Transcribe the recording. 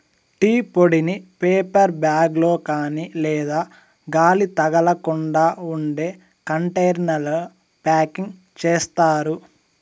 tea పొడిని paper bag లో కాని లేదా గాలి తగలకుండా ఉండే కంటైనర్లలో ప్యాకింగ్ చేత్తారు